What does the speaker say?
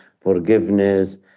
forgiveness